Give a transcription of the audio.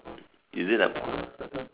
is it like